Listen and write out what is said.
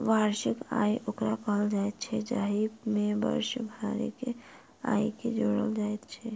वार्षिक आय ओकरा कहल जाइत छै, जाहि मे वर्ष भरिक आयके जोड़ल जाइत छै